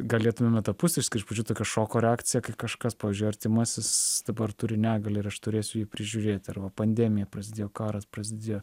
galėtume etapus išskirt ir tokia šoko reakcija kai kažkas pavyzdžiui artimasis dabar turi negalią ir aš turėsiu jį prižiūrėti arba pandemija prasidėjo karas prasidėjo